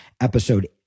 episode